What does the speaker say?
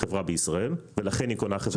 חברה בישראל ולכן היא קונה חברה בדלאוור.